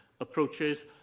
approaches